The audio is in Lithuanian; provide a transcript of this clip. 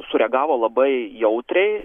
sureagavo labai jautriai